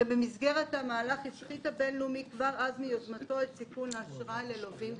במסגרת המהלך הפחית הבינלאומי את סיכון האשראי ללווים גדולים.